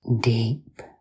deep